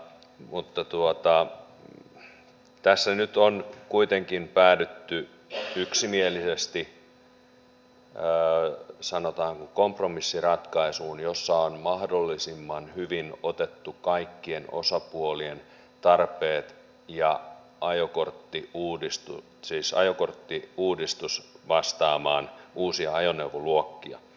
mutta tässä nyt on kuitenkin päädytty yksimielisesti sanotaanko kompromissiratkaisuun jossa on mahdollisimman hyvin otettu kaikkien osapuolien tarpeet ja ajokorttiuudistus vastaamaan uusia ajoneuvoluokkia